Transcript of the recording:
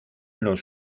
los